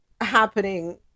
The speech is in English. happening